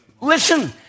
Listen